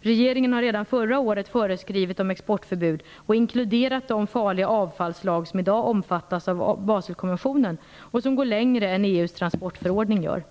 Regeringen har redan förra året föreskrivit exportförbud och inkluderat de farliga avfallsslag som i dag omfattas av Baselkonventionen och som går längre än EU:s transportförordning gör.